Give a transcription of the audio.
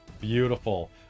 Beautiful